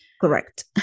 Correct